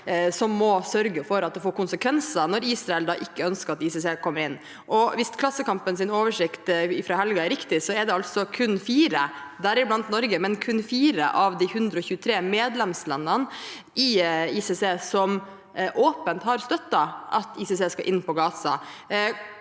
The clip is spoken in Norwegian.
som må sørge for at det får konsekvenser når Israel ikke ønsker at ICC kommer inn. Hvis Klassekampens oversikt fra helgen er riktig, er det altså kun 4 – deriblant Norge, men kun 4 – av de 123 medlemslandene i ICC som åpent har støttet at ICC skal inn i Gaza.